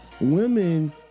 women